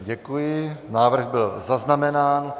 Děkuji, návrh byl zaznamenán.